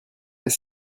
est